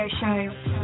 show